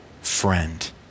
friend